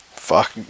Fuck